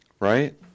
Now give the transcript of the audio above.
Right